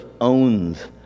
owns